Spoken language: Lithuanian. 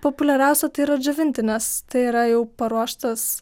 populiariausia tai yra džiovinti nes tai yra jau paruoštas